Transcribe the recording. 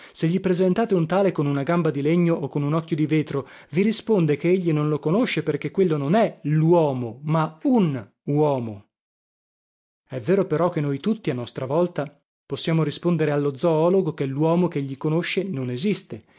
se gli presentate un tale con una gamba di legno o con un occhio di vetro vi risponde che egli non lo conosce perché quello non è luomo ma un uomo è vero però che noi tutti a nostra volta possiamo rispondere allo zoologo che luomo chegli conosce non esiste